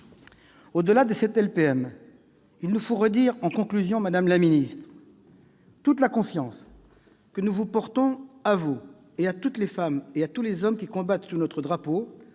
Au-delà de cette LPM, il nous faut redire en conclusion, madame la ministre, toute la confiance que nous vous portons, à vous, à toutes les femmes et à tous les hommes qui combattent sous notre drapeau